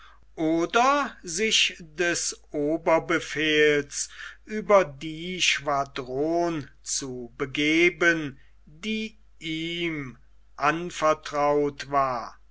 oder sich des oberbefehls über die schwadron zu begeben die ihm anvertraut war